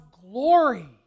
glory